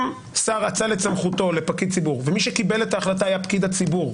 אם שר אצל את סמכותו לפקיד ציבור ומי שקיבל את ההחלטה היה פקיד הציבור,